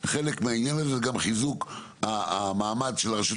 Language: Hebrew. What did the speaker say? חלק מהעניין הזה זה גם חיזוק המעמד של הרשויות